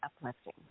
uplifting